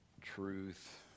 truth